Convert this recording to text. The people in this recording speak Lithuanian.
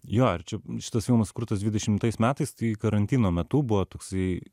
jo arčiau šitas filmas kurtas dvidešimtais metais tai karantino metu buvo toksai